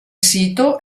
sito